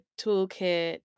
toolkit